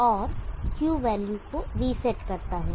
और Q value को reset करता है